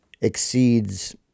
exceeds